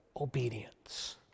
obedience